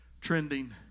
trending